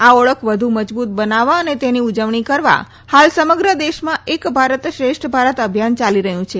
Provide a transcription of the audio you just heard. આ ઓળખ વધુ મજબૂત બનાવવા અને તેની ઉજવણી કરવા હાલ સમગ્ર દેશમાં એક ભારત શ્રેષ્ઠ ભારત અભિયાન ચાલી રહ્યું છે